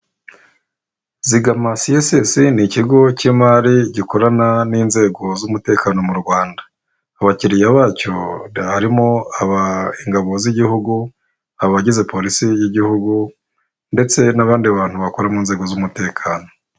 Zigama CSS ni ikigo k'imari gikorana n'inzego z'umutekano mu Rwanda, abakiriya bacyo harimo aba ingabo z'igihugu, abagize polisi y'igihugu, ndetse n'abandi bantu bakora mu nzego z'umutekano.